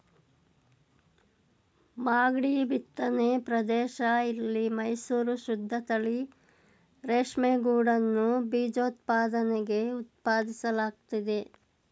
ಮಾಗ್ಡಿ ಬಿತ್ತನೆ ಪ್ರದೇಶ ಇಲ್ಲಿ ಮೈಸೂರು ಶುದ್ದತಳಿ ರೇಷ್ಮೆಗೂಡನ್ನು ಬೀಜೋತ್ಪಾದನೆಗೆ ಉತ್ಪಾದಿಸಲಾಗ್ತಿದೆ